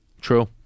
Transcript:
True